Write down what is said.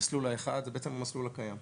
המסלול האחד זה המסלול הקיים,